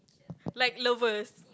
like lovers